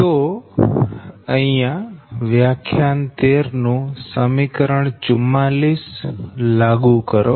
તો અહી વ્યાખ્યાન 13 નું સમીકરણ 44 લાગુ કરો